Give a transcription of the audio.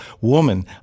woman